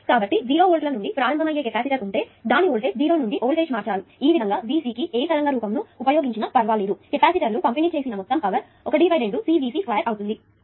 కాబట్టి 0 వోల్టుల నుండి ప్రారంభమయ్యే కెపాసిటర్ ఉంటే మరియు దాని వోల్టేజ్ను 0 నుండి వోల్టేజ్ మార్చారు ఈ విధంగా Vc కి ఏ తరంగ రూపమును ఉపయోగించినా పర్వాలేదు కెపాసిటర్లు పంపిణీ చేసిన మొత్తం పవర్ 12 CVc2అవుతుంది